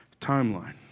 timeline